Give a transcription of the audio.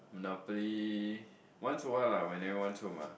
monopoly once in a while lah when everyone's home ah